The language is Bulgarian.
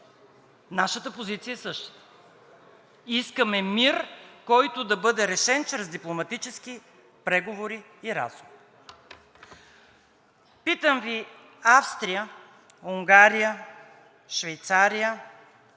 Нашата позиция е същата. Искаме мир, който да бъде решен с дипломатически преговори и разум. Питам Ви Австрия, Унгария, Швейцария,